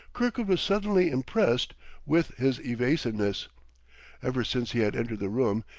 kirkwood was suddenly impressed with his evasiveness ever since he had entered the room,